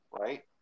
Right